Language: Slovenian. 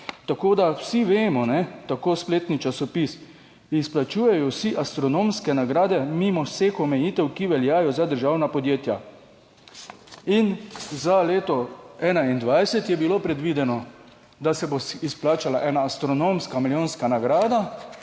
Tako da vsi vemo, ne, tako spletni časopis, izplačujejo si astronomske nagrade mimo vseh omejitev, ki veljajo za državna podjetja. In za leto 2021 je bilo predvideno, da se bo izplačala ena astronomska milijonska nagrada